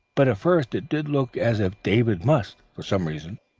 but at first it did look as if david must, for some reason,